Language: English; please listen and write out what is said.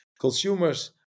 Consumers